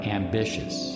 ambitious